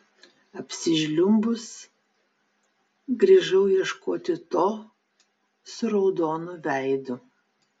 apsižliumbus grįžau ieškoti to su raudonu veidu